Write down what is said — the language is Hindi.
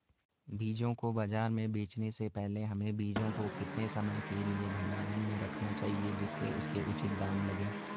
बीजों को बाज़ार में बेचने से पहले हमें बीजों को कितने समय के लिए भंडारण में रखना चाहिए जिससे उसके उचित दाम लगें?